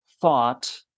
thought